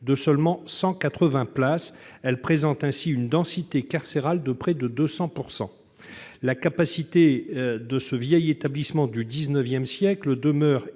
de seulement 180 places, elle présente ainsi une densité carcérale de près de 200 %. La capacité de ce vieil établissement du XIX siècle demeure inadaptée